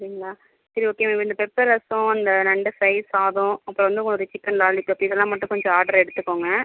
அப்படிங்ளா சரி okay ma'am இந்த பெப்பர் ரசம் அந்த நண்டு ஃப்ரை சாதம் அப்புறம் வந்து உங்களோட சிக்கன் லாலிபப் இதுலாம் மட்டும் கொஞ்சம் ஆட்ரு எடுத்துகோங்க